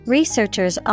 Researchers